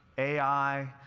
ai,